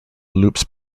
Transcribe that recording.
loops